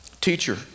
teacher